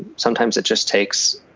sometimes it just takes,